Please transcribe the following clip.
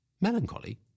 Melancholy